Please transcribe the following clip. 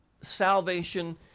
salvation